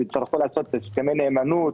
הם יצטרכו לעשות הסכמי נאמנות